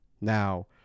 Now